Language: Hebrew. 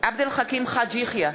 עבד אל חכים חאג' יחיא,